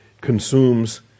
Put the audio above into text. consumes